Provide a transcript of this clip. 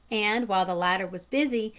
and, while the latter was busy,